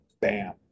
bam